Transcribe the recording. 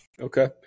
Okay